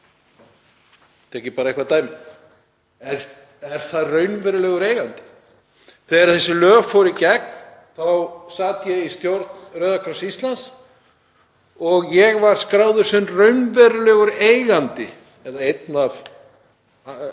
taki bara eitthvert dæmi? Er það raunverulegur eigandi? Þegar þessi lög fóru í gegn þá sat ég í stjórn Rauða kross Íslands og ég var skráður sem raunverulegur eigandi,